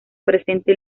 presente